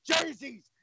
jerseys